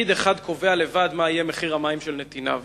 פקיד אחד קובע לבד מה יהיה מחיר המים של נתיניו.